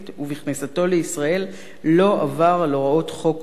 ובכניסתו לישראל לא עבר על הוראות חוק עונשיות,